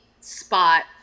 spot